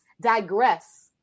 digress